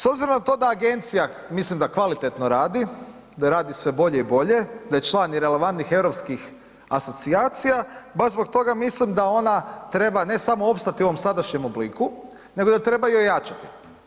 S obzirom na to da agencija mislim da kvalitetno radi, da radi sve bolje i bolje, da je član i relevantnih europskih asocijacija, baš zbog toga mislim da ona treba ne samo opstati u ovom sadašnjem obliku nego da treba je i ojačati.